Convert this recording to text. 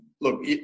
look